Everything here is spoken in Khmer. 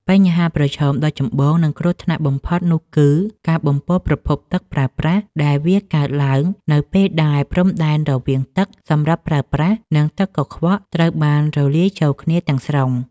បញ្ហាប្រឈមដ៏ចម្បង និងគ្រោះថ្នាក់បំផុតនោះគឺ ការបំពុលប្រភពទឹកប្រើប្រាស់ ដែលវាកើតឡើងនៅពេលដែលព្រំដែនរវាងទឹកសម្រាប់ប្រើប្រាស់ និងទឹកកខ្វក់ត្រូវបានរលាយចូលគ្នាទាំងស្រុង។